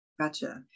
gotcha